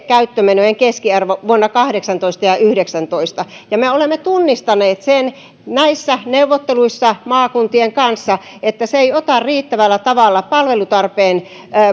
käyttömenojen keskiarvo vuonna kahdeksantoista ja yhdeksäntoista me olemme tunnistaneet sen näissä neuvotteluissa maakuntien kanssa että se ei ota riittävällä tavalla palvelutarpeen